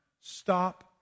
stop